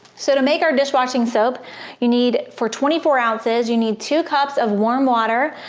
so to make our dishwashing soap you need for twenty four ounces, you need two cups of warm water,